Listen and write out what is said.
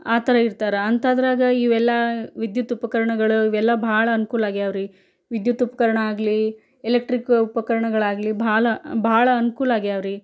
ಆ ಥರ ಇರ್ತಾರೆ ಅಂಥದ್ರಾಗೆ ಇವೆಲ್ಲ ವಿದ್ಯುತ್ ಉಪಕರಣಗಳು ಇವೆಲ್ಲ ಬಹಳ ಅನ್ಕೂಲ ಆಗ್ಯಾವ್ರಿ ವಿದ್ಯುತ್ ಉಪಕರಣ ಆಗಲಿ ಎಲೆಕ್ಟ್ರಿಕ್ ಉಪಕರಣಗಳಾಗಲಿ ಭಾಳ ಬಹಳ ಅನ್ಕೂಲ ಆಗ್ಯಾವ್ರಿ